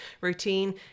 routine